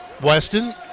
Weston